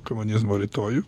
komunizmo rytojų